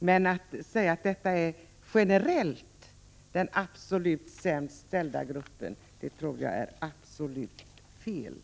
Men att generellt påstå att detta är den absolut sämst ställda gruppen tror jag är fel.